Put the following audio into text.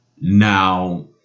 Now